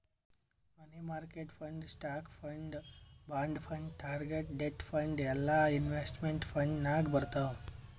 money market fund, stock fund, bond fund, target date fund ಎಲ್ಲಾ investment fund ನಾಗ್ ಬರ್ತಾವ್